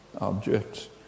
objects